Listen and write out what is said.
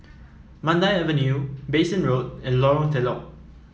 Mandai Avenue Bassein Road and Lorong Telok